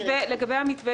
לגבי המתווה